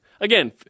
Again